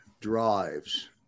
drives